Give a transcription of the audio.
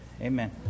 Amen